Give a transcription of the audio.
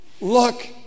Look